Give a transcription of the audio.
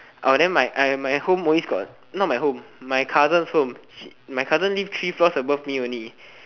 oh then my I my home always got not my home my cousin's home he my cousin live three floors above me only